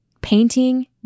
Painting